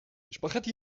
spaghetti